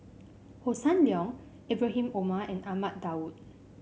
Hossan Leong Ibrahim Omar and Ahmad Daud